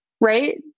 right